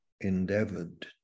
endeavored